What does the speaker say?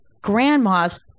grandmas